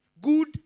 good